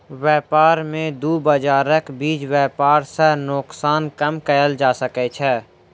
व्यापार में दू बजारक बीच व्यापार सॅ नोकसान कम कएल जा सकै छै